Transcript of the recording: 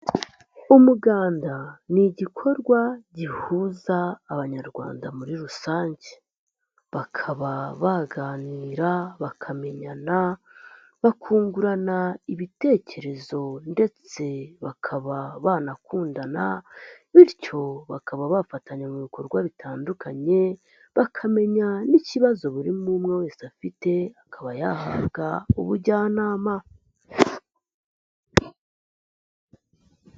Umuganda ni igikorwa gihuza abanyarwanda muri rusange. Bakaba baganira, bakamenyana, bakungurana ibitekerezo ndetse bakaba banakundana bityo bakaba bafatanya mu bikorwa bitandukanye, bakamenya n'ikibazo buri muntu umwe wese afite akaba yahabwa ubujyanama.